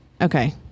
okay